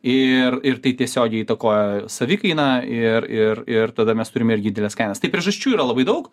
ir ir tai tiesiogiai įtakoja savikainą ir ir ir tada mes turime irgi dideles kainas tai priežasčių yra labai daug